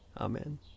Amen